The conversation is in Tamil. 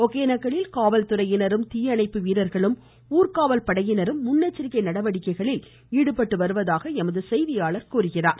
ஒகேனக்கல்லில் காவல்துறையினரும் தீயணைப்பு வீரர்களும் ஊர்க்காவல் படையினரும் முன்னெச்சரிக்கை நடவடிக்கைகளில் தொடர்ந்து ஈடுபட்டு வருவதாக எமது செய்தியாளர் தெரிவிக்கிறார்